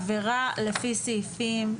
עבירה לפי סעיפים...